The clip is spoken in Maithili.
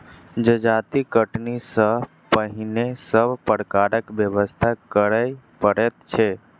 जजाति कटनी सॅ पहिने सभ प्रकारक व्यवस्था करय पड़ैत छै